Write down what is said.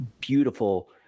beautiful